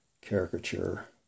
caricature